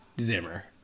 Zimmer